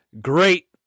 great